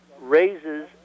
raises